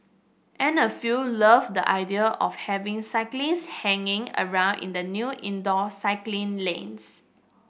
and a few loved the idea of having cyclist hanging around in the new indoor cycling lanes